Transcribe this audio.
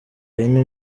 yine